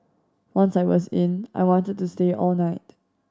once I was in I wanted to stay all night